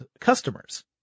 customers